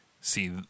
see